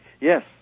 yes